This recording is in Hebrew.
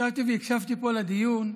ישבתי והקשבתי פה לדיון,